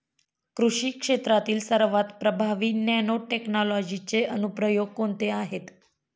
कृषी क्षेत्रातील सर्वात प्रभावी नॅनोटेक्नॉलॉजीचे अनुप्रयोग कोणते आहेत?